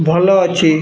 ଭଲ ଅଛି